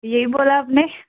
ਇਹ ਹੀ ਬੋਲਾ ਆਪਨੇ